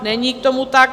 Není tomu tak.